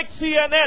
CNN